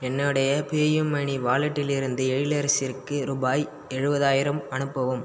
என்னுடைய பேயூமனி வாலெட்டிலிருந்து எழிலரசிக்கு ரூபாய் எழுபதாயிரம் அனுப்பவும்